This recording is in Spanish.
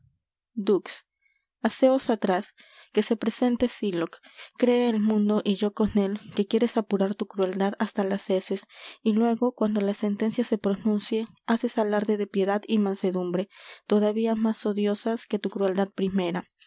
dux haceos atras que se presente sylock cree el mundo y yo con él que quieres apurar tu crueldad hasta las heces y luego cuando la sentencia se pronuncie haces alarde de piedad y mansedumbre todavía más odiosas que tu crueldad primera